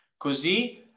Così